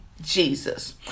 Jesus